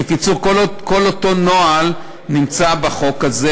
בקיצור, כל אותו נוהל נמצא בחוק הזה,